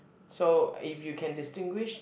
so if you can distinguish